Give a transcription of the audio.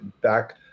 back